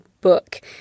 book